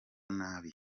nabi